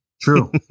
True